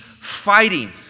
fighting